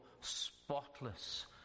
spotless